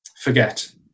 Forget